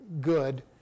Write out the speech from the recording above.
good